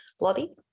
Lottie